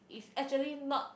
is actually not